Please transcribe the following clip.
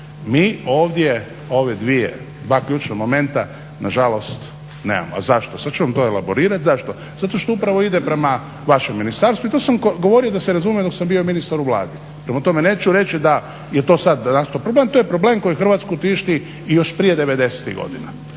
Mi ovdje ove dvije, dva ključna momenta nažalost nemamo. Zašto, sad ću vam to elaborirat zašto. Zato što upravo ide prema vašem ministarstvu i to sam govorio da se razumije dok sam bio ministar u Vladi. Prema tome, neću reći da je to sad nastao problem, to je problem koji Hrvatsku tišti i još prije '90.-tih godina.